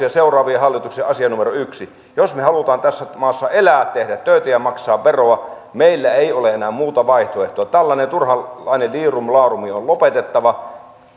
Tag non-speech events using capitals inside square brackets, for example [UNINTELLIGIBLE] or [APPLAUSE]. [UNINTELLIGIBLE] ja seuraavien hallitusten asia numero yksi jos me haluamme tässä maassa elää tehdä töitä ja maksaa veroa meillä ei ole enää muuta vaihtoehtoa tällainen turhanlainen liirumlaarumi on on lopetettava [UNINTELLIGIBLE]